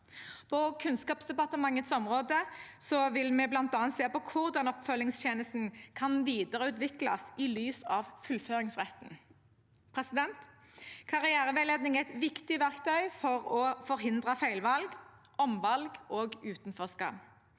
På Kunnskapsdepartementets område vil vi bl.a. se på hvordan oppfølgingstjenesten kan videreutvikles i lys av fullføringsretten. Karriereveiledning er et viktig verktøy for å forhindre feilvalg, omvalg og utenforskap.